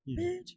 Bitch